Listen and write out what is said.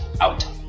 out